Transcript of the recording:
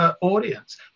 audience